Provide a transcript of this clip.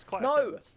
No